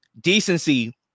decency